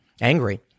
Angry